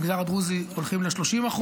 במגזר הדרוזי הולכים ל-30%.